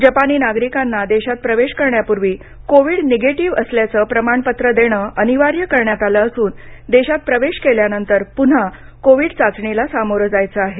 जपानी नागरिकांना देशात प्रवेश करण्यापूर्वी कोविड निगेटिव्ह असल्याचं प्रमाणपत्र देणं अनिवार्य करण्यात आलं असून देशात प्रवेश केल्यानंतर पुन्हा कोविड चाचणीला सामोरं जायचं आहे